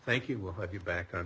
thank you we'll have you back on